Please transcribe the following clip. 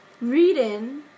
Reading